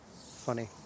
Funny